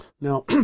Now